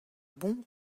bon